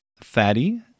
fatty